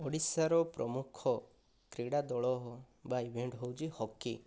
ଓଡ଼ିଶାର ପ୍ରମୁଖ କ୍ରୀଡ଼ା ଦଳ ହେଉ ବା ଇଭେଣ୍ଟ୍ ହେଉଛି ହକି